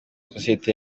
sosiyete